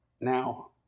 Now